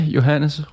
Johannes